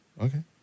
Okay